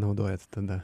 naudojasi tada